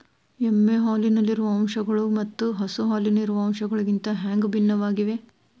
ಎಮ್ಮೆ ಹಾಲಿನಲ್ಲಿರುವ ಅಂಶಗಳು ಮತ್ತ ಹಸು ಹಾಲಿನಲ್ಲಿರುವ ಅಂಶಗಳಿಗಿಂತ ಹ್ಯಾಂಗ ಭಿನ್ನವಾಗಿವೆ?